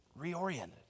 reoriented